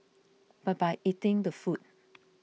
but by eating the food